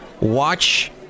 Watch